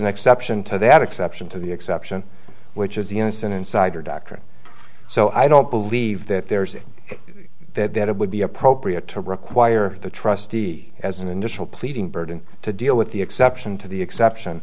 exception to that exception to the exception which is the unison insider doctrine so i don't believe that there is a that it would be appropriate to require the trustee as an initial pleading burden to deal with the exception to the exception